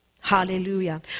Hallelujah